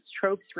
tropes